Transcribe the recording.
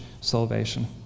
salvation